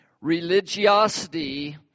Religiosity